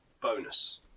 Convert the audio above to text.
bonus